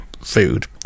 food